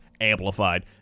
Amplified